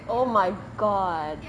oh my god